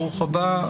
ברוך הבא.